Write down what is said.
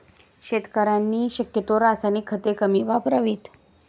शेतकऱ्यांनी शक्यतो रासायनिक खते कमी वापरावीत